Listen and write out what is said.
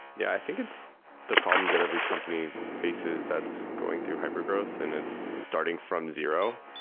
yeah. i think it's the problems that every company faces that's going through hypergrowth and it's starting from zero.